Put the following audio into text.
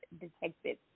detected